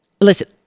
listen